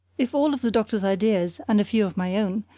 if all of the doctor's ideas, and a few of my own,